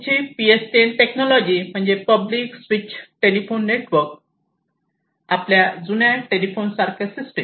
पुढची PSTN technology म्हणजे म्हणजे पब्लिक स्वीच टेलिफोन नेटवर्क आपल्या जुन्या टेलिफोन सारखे सिस्टम